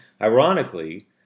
Ironically